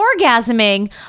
orgasming